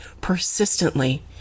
persistently